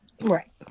right